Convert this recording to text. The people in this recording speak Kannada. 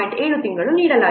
7 ತಿಂಗಳು ನೀಡಲಿದೆ